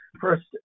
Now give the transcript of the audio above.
First